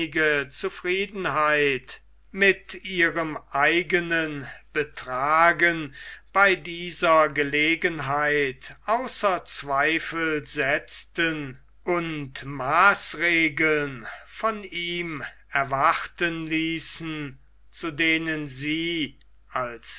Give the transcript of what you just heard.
zufriedenheit mit ihrem eigenen betragen bei dieser gelegenheit außer zweifel setzten und maßregeln von ihm erwarten ließen zu denen sie als